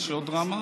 יש עוד דרמה?